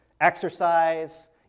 Exercise